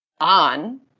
on